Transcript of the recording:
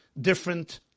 different